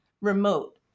remote